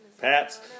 Pats